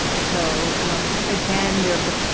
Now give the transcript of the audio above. so again, there's the